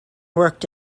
worked